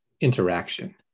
interaction